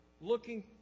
looking